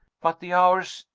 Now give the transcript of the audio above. but the hours,